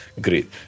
great